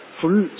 full